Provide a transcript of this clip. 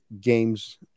games